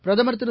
பிரதமர் திரு